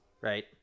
Right